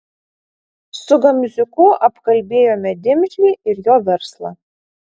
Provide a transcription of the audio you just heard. su gamziuku apkalbėjome dimžlį ir jo verslą